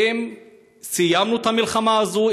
אם סיימנו את המלחמה הזאת,